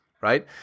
right